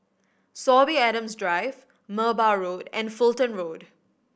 Sorby Adams Drive Merbau Road and Fulton Road